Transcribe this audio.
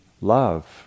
love